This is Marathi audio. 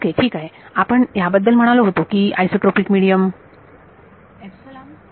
ओके ठीक आहे आपण याबद्दल म्हणालो होतो की हे आईसोट्रोपीक मिडीयम विद्यार्थी एपसिलोन